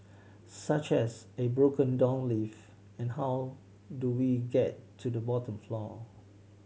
such as a broken down lift and how do we get to the bottom floor